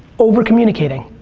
overcommunitcating.